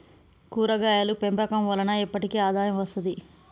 కూరగాయలు పెంపకం వలన ఎప్పటికి ఆదాయం వస్తది